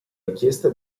richiesta